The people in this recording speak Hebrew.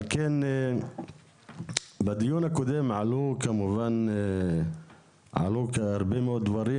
על כן בדיון הקודם עלו כמובן הרבה מאוד דברים,